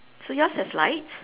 so yours has light